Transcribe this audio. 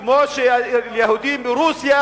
אדוני היושב-ראש,